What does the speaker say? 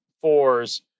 fours